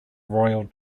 royal